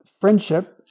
friendship